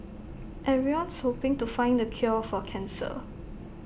everyone's hoping to find the cure for cancer